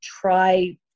try